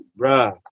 Bruh